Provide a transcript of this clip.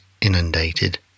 inundated